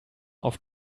auf